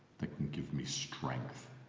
that can give me strength.